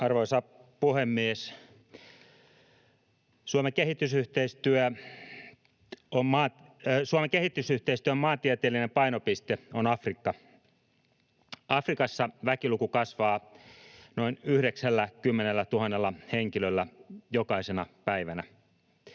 Arvoisa puhemies! Suomen kehitysyhteistyön maantieteellinen painopiste on Afrikka. Afrikassa väkiluku kasvaa noin 90 000 henkilöllä jokaisena päivänä.